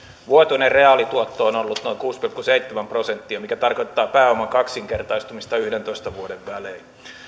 vuotuinen reaalituotto on ollut noin kuusi pilkku seitsemän prosenttia mikä tarkoittaa pääoman kaksinkertaistumista yhdentoista vuoden välein